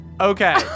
Okay